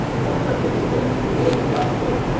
brought psychedelia into the world of black soul.